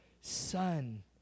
Son